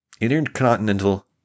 intercontinental